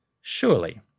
Surely